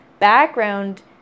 background